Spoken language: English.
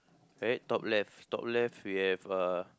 right top left top left we have uh